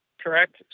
correct